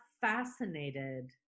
fascinated